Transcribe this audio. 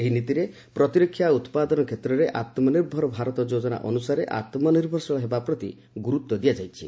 ଏହି ନୀତିରେ ପ୍ରତିରକ୍ଷା ଉତ୍ପାଦନ କ୍ଷେତ୍ରରେ ଆମ୍ନିର୍ଭର ଭାରତ ଯୋଜନା ଅନୁସାରେ ଆମ୍ନିର୍ଭରଶୀଳ ହେବା ପ୍ରତି ଗୁରୁତ୍ୱ ଦିଆଯାଇଛି